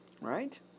right